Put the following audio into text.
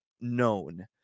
known